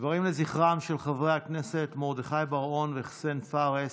דברים לזכרם של חברי הכנסת מרדכי בר-און וחסיין פארס.